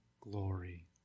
glory